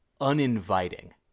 uninviting